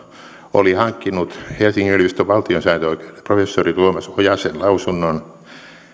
oli hankkinut helsingin yliopiston valtiosääntöoikeuden professori tuomas ojasen lausunnon